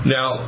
Now